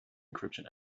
encryption